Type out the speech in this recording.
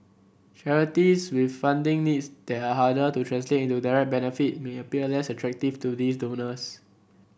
charities with funding needs there are harder to translate into direct benefit may appear less attractive to these donors